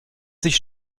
sich